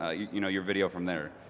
ah you know your video from there.